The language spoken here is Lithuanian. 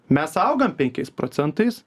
mes augam penkiais procentais